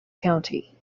county